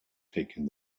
taking